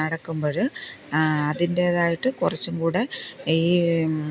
നടക്കുമ്പഴ് അതിൻ്റേതായിട്ട് കുറച്ചും കൂടെ ഈ